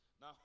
Now